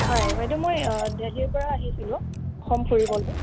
হয় বাইদেউ মই দেলহিৰ পৰা আহিছিলোঁ অসম ফুৰিবলৈ